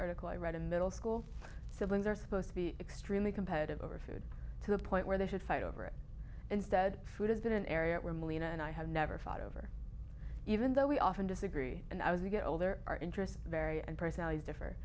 article i read a middle school siblings are supposed to be extremely competitive over food to the point where they should fight over it instead food has been an area where molina and i have never fought over even though we often disagree and i was we get older our interests vary and personalities differ